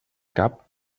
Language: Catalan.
cap